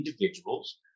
individuals